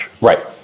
right